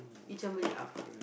you jumble it up